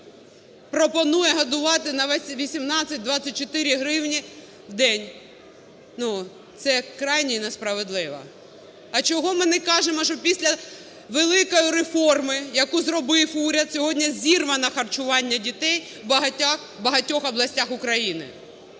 пропонує годувати на 18-24 гривні в день? Ну, це крайнє несправедливо. А чого ми не кажемо, що після великої реформи, яку зробив уряд, сьогодні зірвано харчування дітей в багатьох областях України?